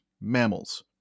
mammals